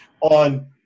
on